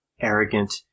arrogant